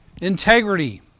integrity